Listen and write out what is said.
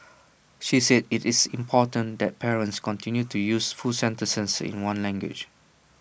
she said IT is important that parents continue to use full sentences in one language